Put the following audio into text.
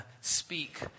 speak